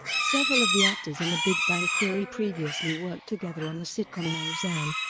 several of the actors in the big bang theory previously worked together on the sitcom roseanne,